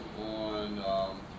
on